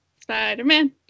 Spider-Man